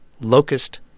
locust